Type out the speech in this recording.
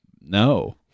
No